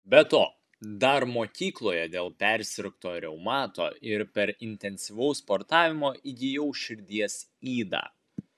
be to dar mokykloje dėl persirgto reumato ir per intensyvaus sportavimo įgijau širdies ydą